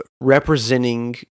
representing